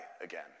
again